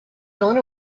gone